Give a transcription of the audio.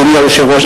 אדוני היושב-ראש,